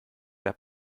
der